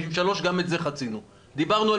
אנשים לא יקיימו את